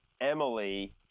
Emily